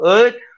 Earth